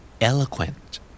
Eloquent